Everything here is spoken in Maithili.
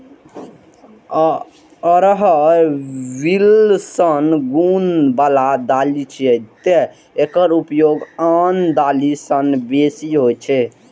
अरहर विलक्षण गुण बला दालि छियै, तें एकर उपयोग आन दालि सं बेसी होइ छै